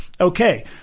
okay